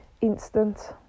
instant